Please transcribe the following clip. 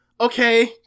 Okay